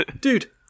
Dude